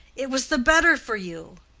it was the better for you.